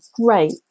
Great